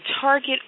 target